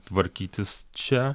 tvarkytis čia